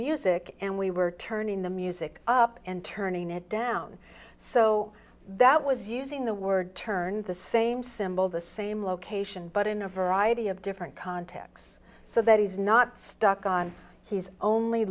music and we were turning the music up and turning it down so that was using the word turn the same symbol the same location but in a variety of different contexts so that he's not stuck on he's only